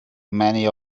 many